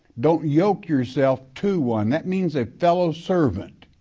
don't yoke yourself to one. that means a fellow servant.